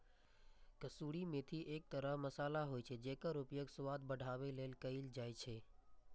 कसूरी मेथी एक तरह मसाला होइ छै, जेकर उपयोग स्वाद बढ़ाबै लेल कैल जाइ छै